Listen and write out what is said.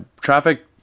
traffic